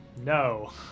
No